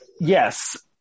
yes